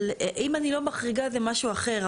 אבל אם אני לא מחריגה זה משהו אחר.